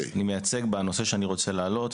אני מייצג בנושא שאני רוצה להעלות,